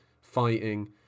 fighting